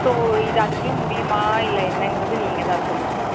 so இது அதுக்குள்ளே முடியுமா இல்லை என்னங்கிறது நீங்கள் தான் சொல்லணும்